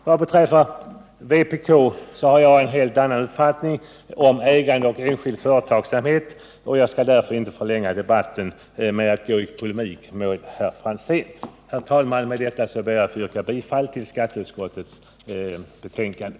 Vad beträffar vpk har jag en helt annan uppfattning om ägande och enskild företagsamhet, men jag skall inte förlänga debatten med att gå i polemik mot herr Franzén. Herr talman! Med det anförda ber jag att få yrka bifall till vad skatteutskottet har hemställt.